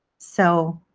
so